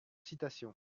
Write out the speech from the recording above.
citations